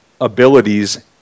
abilities